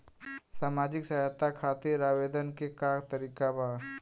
सामाजिक सहायता खातिर आवेदन के का तरीका बा?